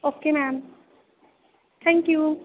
okay ma'am thank U